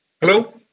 Hello